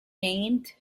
named